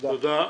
תודה.